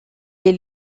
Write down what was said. est